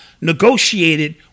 negotiated